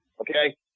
Okay